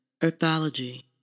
Earthology